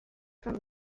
from